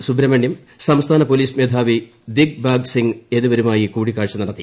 സുബ്രഹ്മണ്യം സംസ്ഥാന പോലീസ് മേധാവി ദിൽബാഗ് സിംഗ് എന്നിവരുമായി കൂടിക്കാഴ്ച നട്ടത്തി